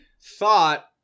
thought